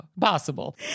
possible